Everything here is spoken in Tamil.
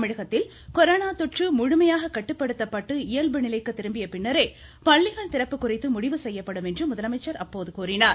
தமிழகத்தில் கொரோனா தொற்று முழுமையாக கட்டுப்படுத்தப்பட்டு இயல்பு நிலைக்கு திரும்பிய பின்னரே பள்ளிகள் திறப்பு குறித்து முடிவு செய்யப்படும் என்றும் முதலமைச்சர் கூறினார்